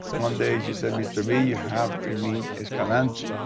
one day she said mr. v, you have to meet escalante,